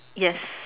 yes